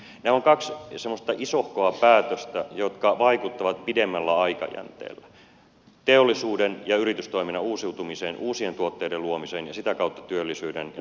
nämä ovat kaksi semmoista isohkoa päätöstä jotka vaikuttavat pidemmällä aikajänteellä teollisuuden ja yritystoiminnan uusiutumiseen uu sien tuotteiden luomiseen ja sitä kautta työllisyyden ja talouskasvun aikaansaamiseen